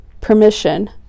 permission